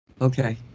Okay